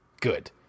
Good